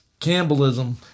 Campbellism